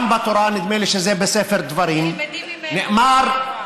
גם בתורה, נדמה לי שזה בספר דברים, תלמדי ממנו,